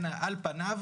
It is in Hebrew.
על פני,